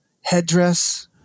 headdress